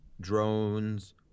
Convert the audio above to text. drones